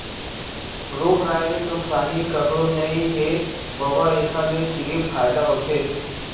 रूख राई ले नुकसानी कखरो नइ हे बबा, एखर ले सिरिफ फायदा होथे